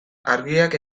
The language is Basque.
argiak